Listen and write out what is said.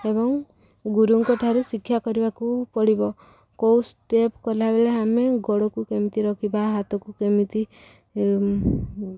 ଏବଂ ଗୁରୁଙ୍କ ଠାରୁ ଶିକ୍ଷା କରିବାକୁ ପଡ଼ିବ କୋଉ ଷ୍ଟେପ କଲାବେେଳେ ଆମେ ଗୋଡ଼କୁ କେମିତି ରଖିବା ହାତକୁ କେମିତି